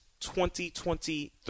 2023